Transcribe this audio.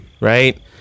right